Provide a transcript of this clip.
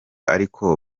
ariko